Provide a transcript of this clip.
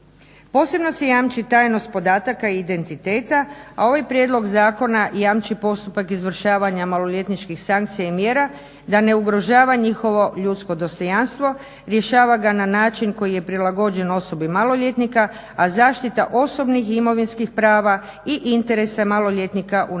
Posebno se jamči tajnost podataka i identiteta, a ovaj prijedlog zakona jamči postupak izvršavanja maloljetničkih sankcija i mjera da ne ugrožava njihovo ljudsko dostojanstvo, rješava ga na način koji je prilagođen osobi maloljetnika, a zaštita osobnih i imovinskih prava i interese maloljetnika u nadležnosti